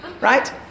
right